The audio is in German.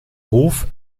hof